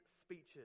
speeches